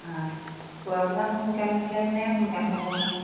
খোৱা বোৱা সোনকাল হ'লে মানে সোনকাল হ'ব আৰু